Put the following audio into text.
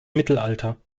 mittelalter